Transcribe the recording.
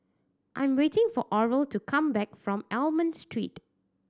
I am waiting for Oral to come back from Almond Street